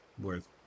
worth